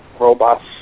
robots